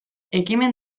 ekimen